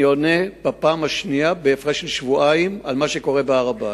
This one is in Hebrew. אני עונה בפעם השנייה בהפרש של שבועיים על מה שקורה בהר-הבית.